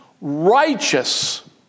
righteous